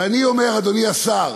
ואני אומר, אדוני השר,